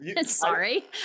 Sorry